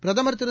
பிரதம் திரு